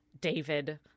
David